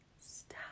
stop